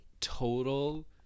total